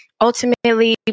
ultimately